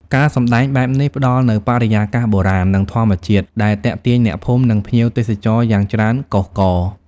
ការសម្តែងបែបនេះផ្តល់នូវបរិយាកាសបុរាណ និងធម្មជាតិដែលទាក់ទាញអ្នកភូមិ និងភ្ញៀវទេសចរយ៉ាងច្រើនកុះករ។